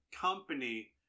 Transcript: company